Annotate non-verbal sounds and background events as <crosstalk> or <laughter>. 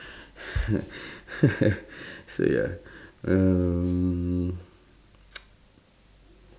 <laughs> so ya um <noise>